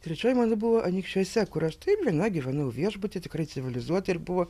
trečioji mano buvo anykščiuose kur aš taip viena gyvenau viešbuty tikrai civilizuotai ir buvo